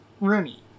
Rooney